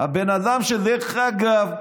הבן אדם שדרך אגב,